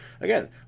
again